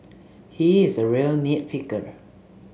he is a real nit picker